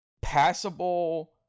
passable